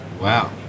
Wow